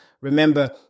Remember